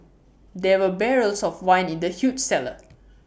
there were barrels of wine in the huge cellar